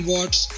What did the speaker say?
Watts